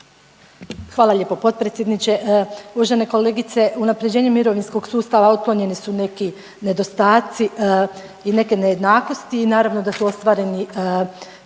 Hvala lijepo potpredsjedniče. Uvažene kolegice unapređenjem mirovinskog sustava otklonjeni su neki nedostatci i neke nejednakosti i naravno da su ostvareni